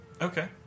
Okay